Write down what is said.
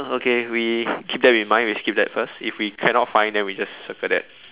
okay we keep that in mind we skip that first if we cannot find then we just circle that